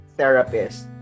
therapist